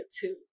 two